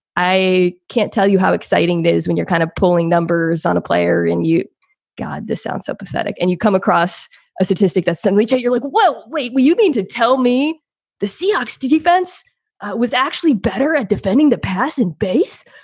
i can't tell you how exciting that is when you're kind of pulling numbers on a player and you got the sound so pathetic and you come across a statistic that simply take your look. well, wait, you mean to tell me the seahawks defense was actually better at defending the passant base?